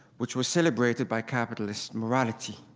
which was celebrated by capitalist morality.